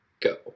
go